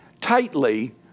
tightly